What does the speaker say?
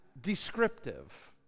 descriptive